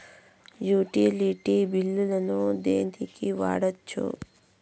Utility బిల్లులను దేనికి వాడొచ్చు?